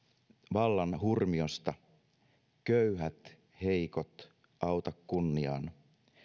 vallan hurmiosta köyhät heikot auta kunniaan